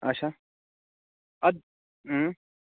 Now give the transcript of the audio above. اچھا اَدٕ اۭں